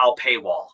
paywall